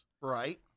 Right